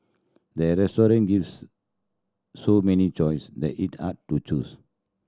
the gives so many choice that it hard to choose